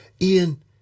Ian